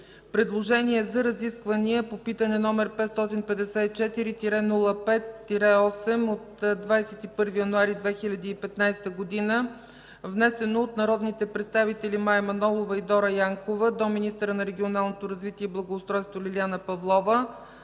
предложение за разисквания по питане, № 554-05-8, от 21 януари 2015 г., внесено от народните представители Мая Манолова и Дора Янкова до министъра на регионалното развитие и благоустройство Лиляна Павлова